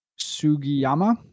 Sugiyama